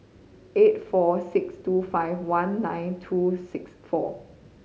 eight four six two five one nine two six four